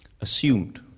assumed